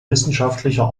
wissenschaftlicher